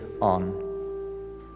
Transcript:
on